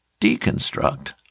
deconstruct